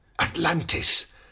Atlantis